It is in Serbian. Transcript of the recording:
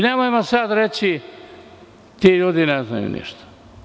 Nemojmo sada reći – ti ljudi ne znaju ništa.